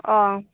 ᱚ